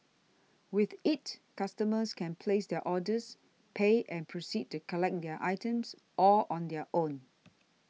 with it customers can place their orders pay and proceed to collect their items all on their own